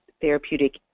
therapeutic